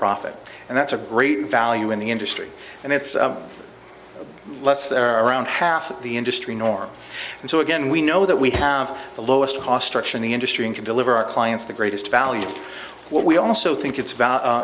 profit and that's a great value in the industry and it's let's there around half of the industry norm and so again we know that we have the lowest cost structure in the industry and can deliver our clients the greatest value what we also think it's about